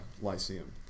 Lyceum